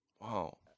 Wow